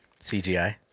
CGI